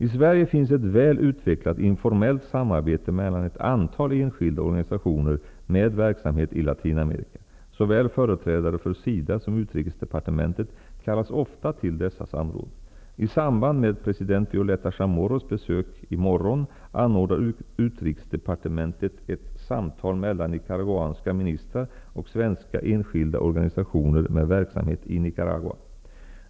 I Sverige finns ett väl utvecklat informellt samarbete mellan ett antal enskilda organisationer med verksamhet i Latinamerika. Såväl företrädare för SIDA som Utrikesdepartementet kallas ofta till dessa samråd. I samband med president Violeta Utrikesdepartementet ett samtal mellan nicaraguanska ministrar och svenska enskilda organisationer med verksamhet i Nicaragua.